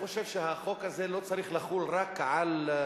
החוק הזה לא צריך לחול על דירה,